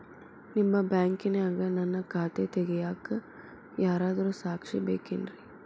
ನಿಮ್ಮ ಬ್ಯಾಂಕಿನ್ಯಾಗ ನನ್ನ ಖಾತೆ ತೆಗೆಯಾಕ್ ಯಾರಾದ್ರೂ ಸಾಕ್ಷಿ ಬೇಕೇನ್ರಿ?